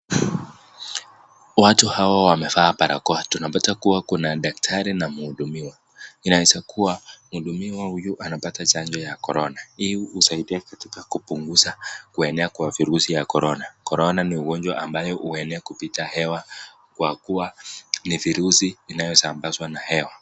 Watu hawa wamevaa barakoa, tunapata kuwa kuna daktari na muhudimiwa Inaweza kuwa mhudumiwa huyu anapata chanjo ya corona ,hii husaidia katika kupunguza kuenea kwa virusi ya corona. Corona ni ugonjwa ambaye huenea kupita hewa kwa kuwa ni virusi inayosambazwa na hewa.